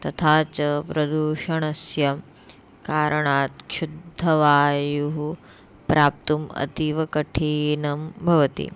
तथा च प्रदूषणस्य कारणात् शुद्धवायुः प्राप्तुम् अतीवकठिनं भवति